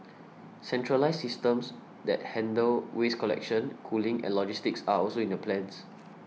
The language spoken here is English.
centralised systems that handle waste collection cooling and logistics are also in the plans